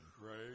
Right